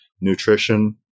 nutrition